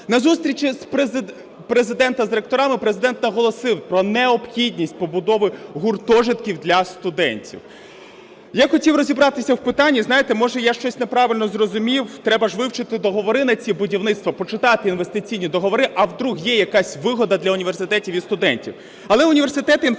На зустрічі Президента з ректорами Президент наголосив про необхідність побудови гуртожитків для студентів. Я хотів розібратися в питанні. Знаєте, може, я щось неправильно зрозумів. Треба ж вивчити договори на ці будівництва, почитати інвестиційні договори, а вдруг є якась вигода для університетів і студентів.